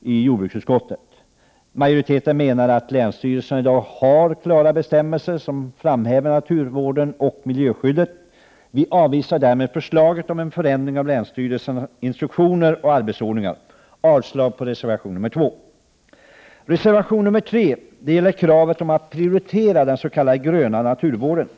i jordbruksutskottet. Majoriteten menar att länsstyrelserna i dag har klara bestämmelser som framhäver naturvården och miljöskyddet. Vi avvisar därför förslaget om förändring av länsstyrelsens instruktioner och arbetsordning. Jag yrkar avslag på reservation nr 2. I reservation nr 3 framförs krav på prioritering av den s.k. gröna naturvården.